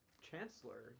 chancellor